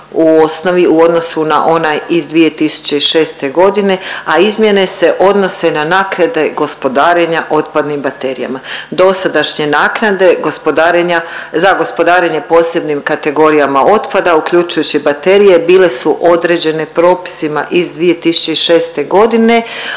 u odnosu na onaj iz 2006.g., a izmjene se odnose na naknade gospodarenja otpadnim baterijama. Dosadašnje naknade za gospodarenje posebnim kategorijama otpada uključujući baterije bile su određene propisima iz 2006.g. i